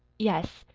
yes,